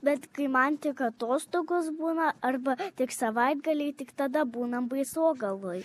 bet kai man tik atostogos būna arba tik savaitgaliui tik tada būnam baisogaloj